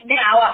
now